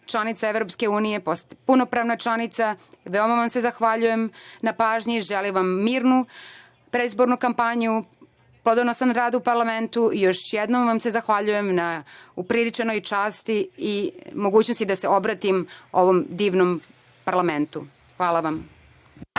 članica EU, punopravna članica. Veoma vas se zahvaljujem na pažnji i želim vam mirnu predizbornu kampanju, plodonosan rad u parlamentu i još jednom vam se zahvaljujem na upriličenoj časti i mogućnosti da se obratim u ovom divnom parlamentu. Hvala vam.